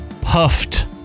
puffed